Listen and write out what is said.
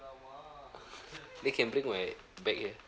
then can bring my bag here